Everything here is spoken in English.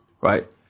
right